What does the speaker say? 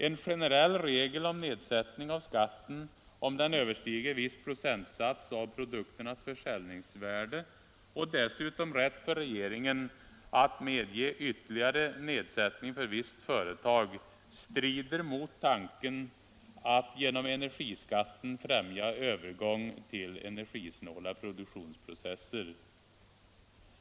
En generell regel om nedsättning av skatten, om den överstiger viss procentsats av produkternas försäljningsvärde, och dessutom rätt för regeringen att medge ytterligare nedsättning för visst företag strider mot tanken att genom energiskatten främja övergång till energisnåla produktionsprocesser.